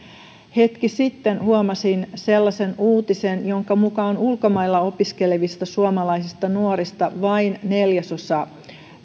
hetki sitten huomasin sellaisen uutisen jonka mukaan ulkomailla opiskelevista suomalaisista nuorista vain neljäsosa